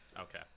okay